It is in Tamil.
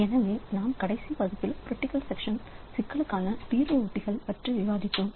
எனவே நாம் சென்ற வகுப்பில் கிரிட்டிக்கல் செக்சன் சிக்கலுக்கான தீர்வு உத்திகள் பற்றி விவாதித்தோம்